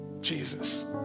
Jesus